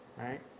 Right